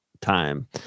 time